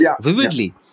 vividly